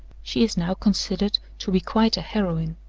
she is now considered to be quite a heroine.